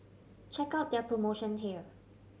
check out their promotion here